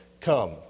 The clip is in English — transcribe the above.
Come